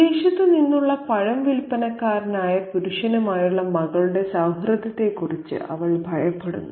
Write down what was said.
വിദേശത്ത് നിന്നുള്ള പഴം വിൽപനക്കാരനായ പുരുഷനുമായുള്ള മകളുടെ സൌഹൃദത്തെക്കുറിച്ച് അവൾ ഭയപ്പെടുന്നു